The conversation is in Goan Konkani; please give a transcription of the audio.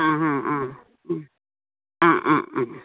आं हां हां आं आं आं आं